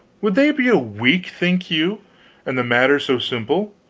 would they be a week, think you and the matter so simple?